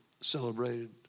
celebrated